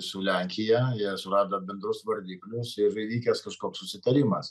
su lenkija jie surado bendrus vardiklius įvykęs kažkoks susitarimas